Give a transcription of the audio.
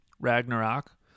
Ragnarok